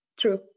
True